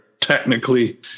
technically